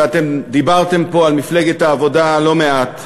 ואתם דיברתם פה על מפלגת העבודה לא מעט,